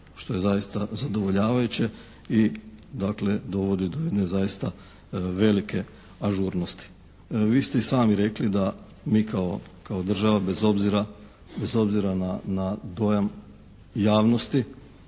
što je zaista zadovoljavajuće i dakle dovodi do jedne zaista velike ažurnosti. Vi ste i sami rekli da mi kao država bez obzira na dojam javnosti